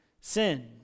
sin